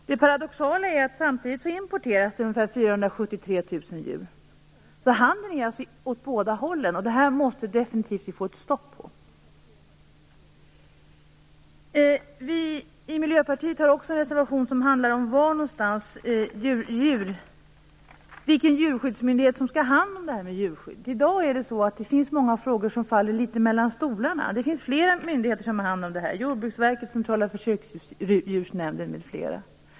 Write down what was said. Det paradoxala är att det samtidigt importeras ungefär 473 000 djur. Handeln sker alltså åt båda hållen. Detta måste vi definitivt få ett stopp på. Vi i Miljöpartiet har också en reservation som handlar om vilken djurskyddsmyndighet som skall ha hand om detta med djurskydd. I dag finns det många frågor som faller litet mellan stolarna. Det finns flera myndigheter som har hand om det här: Jordbruksverket, Centrala försöksdjursnämnden m.fl.